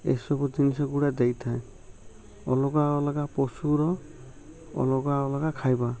ଏସବୁ ଜିନିଷ ଗୁଡ଼ା ଦେଇଥାଏ ଅଲଗା ଅଲଗା ପଶୁର ଅଲଗା ଅଲଗା ଖାଇବା